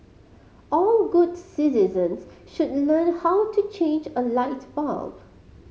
all good citizens should learn how to change a light bulb